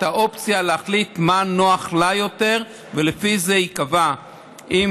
את האופציה להחליט מה נוח לה יותר ולפי זה ייקבע אם